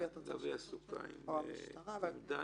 גבי עסוקה עם דנה.